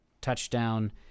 touchdown